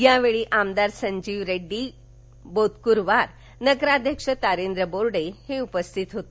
यावेळी आमदार संजीवरेड्डी बोदकुरवार नगराध्यक्ष तारेंद्र बोर्डे उपस्थित होते